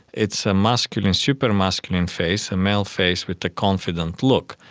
it's a masculine, super-masculine face, a male face with a confident look.